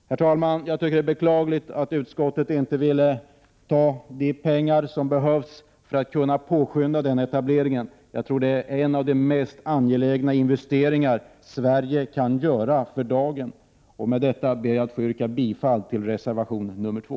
Herr talman! Det är beklagligt att utskottet inte vill anslå de pengar som behövs för att påskynda denna etablering. Det är en av de mest angelägna investeringar som Sverige kan göra för dagen. Med detta ber jag att få yrka bifall till reservation nr 2.